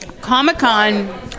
Comic-Con